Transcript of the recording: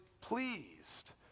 pleased